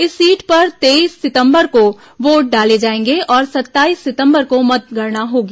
इस सीट पर तेईस सितंबर को वोट डाले जाएंगे और सत्ताईस सितंबर को मतगणना होगी